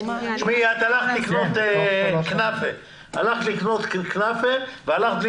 הלכת לקנות כנפה בלי